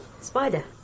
Spider